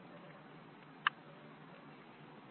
छात्र digital group